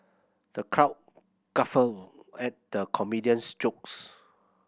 the crowd guffawed at the comedian's jokes